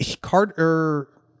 Carter